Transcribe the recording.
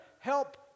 help